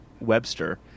Webster